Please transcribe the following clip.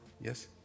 yes